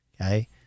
Okay